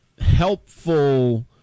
helpful